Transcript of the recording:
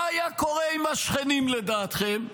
מה היה קורה עם השכנים לדעתכם?